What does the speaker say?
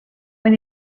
when